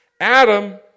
Adam